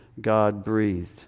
God-breathed